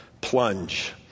plunge